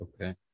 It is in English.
Okay